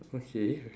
okay